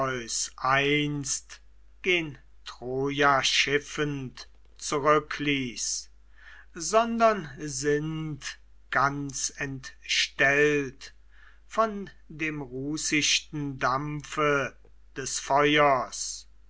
einst gen troja schiffend zurückließ sondern sind ganz entstellt von dem rußichten dampfe des feuers